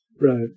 Right